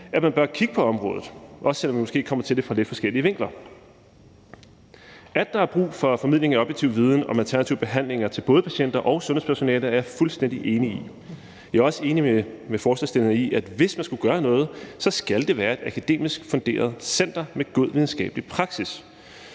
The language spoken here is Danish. at man bør kigge på området, også selv om man måske kommer til det fra lidt forskellige vinkler. At der er brug for formidlingen af objektiv viden om alternative behandlinger til både patienter og sundhedspersonale, er jeg fuldstændig enig i. Jeg er også enig med forslagsstillerne i, at hvis man skulle gøre noget, skal det være et akademisk funderet center med god videnskabelig praksis.